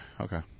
Okay